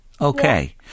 Okay